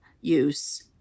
use